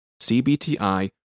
CBTI